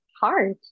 hard